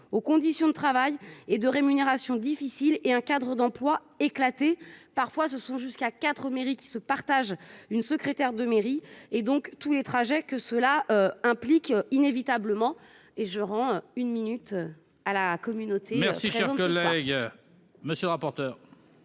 leurs conditions de travail et de rémunération difficiles et à un cadre d'emploi éclaté. Parfois, ce sont jusqu'à quatre mairies qui se partagent une secrétaire de mairie, avec tous les trajets que cela implique inévitablement. Quel est l'avis de la commission